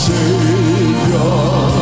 Savior